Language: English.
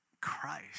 Christ